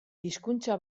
hizkuntza